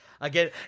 again